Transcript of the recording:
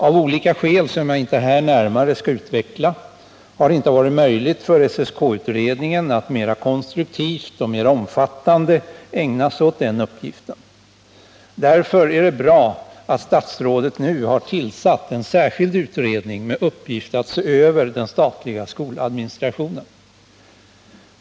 Av olika skäl, som jag här inte närmare skall utveckla, har det inte varit möjligt för SSK-utredningen att mera konstruktivt och omfattande ägna sig åt den uppgiften. Därför är det bra att statsrådet nu har tillsatt en särskild utredning med uppgift att se över den statliga skoladministrationen.